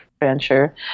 adventure